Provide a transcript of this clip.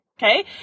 Okay